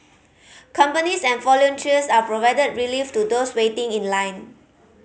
companies and volunteers are provided relief to those waiting in line